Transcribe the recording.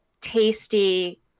tasty